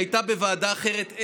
שהייתה בוועדה אחרת,